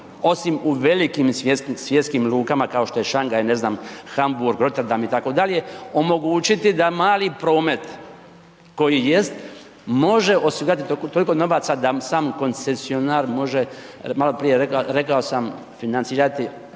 osim u velim svjetskim lukama kao što je Šangaj, ne znam Hamburg, Rotterdam itd., omogućiti da mali promet koji jest može osigurati toliko novaca da sam koncesionar može, maloprije rekao sam financirati